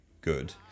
good